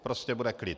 Prostě bude klid.